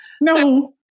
No